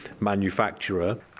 manufacturer